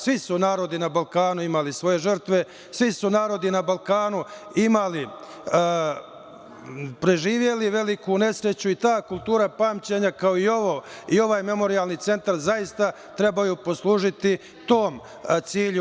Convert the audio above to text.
Svi su narodi na Balkanu imali svoje žrtve, svi su narodi na Balkanu preživeli veliku nesreću i ta kultura pamćenja kao i ovaj Memorijalni centar zaista trebaju poslužiti tom cilju.